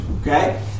Okay